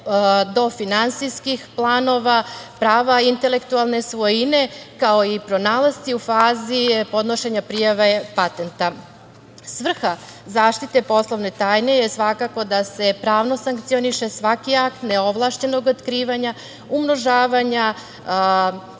do finansijskih planova, prava intelektualne svojine, kao i pronalasci u fazi podnošenja prijave patenta. Svrha zaštite poslovne tajne je svakako da se pravno sankcioniše svaki akt neovlašćenog otkrivanja, umnožavanja,